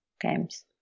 games